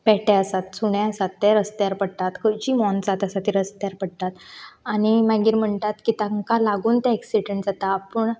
पेटे आसात सुणें आसात तेंय रस्त्यार पडटात खंयची मोनजात आसा ती रसत्यार पडटात आनी मागीर म्हणटात की तांकां लागून तें ऍक्सिडंट जाता पूण